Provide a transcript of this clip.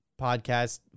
podcast